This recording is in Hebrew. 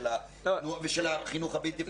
ושל החינוך הבלתי הפורמאלי.